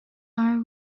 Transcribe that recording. are